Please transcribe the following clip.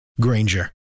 Granger